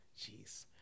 Jeez